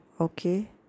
okay